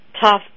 tough